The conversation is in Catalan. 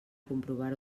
comprovar